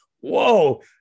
whoa